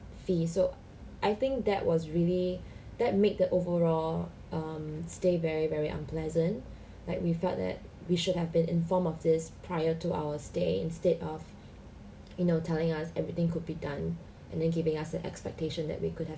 fee so I think that was really that made the overall um stay very very unpleasant like we felt that we should have been informed of this prior to our stay instead of you know telling us everything could be done and then giving us the expectation that we could have